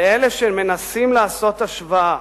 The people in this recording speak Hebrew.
לאלה שמנסים לעשות השוואה